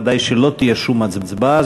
ודאי שלא תהיה שום הצבעה,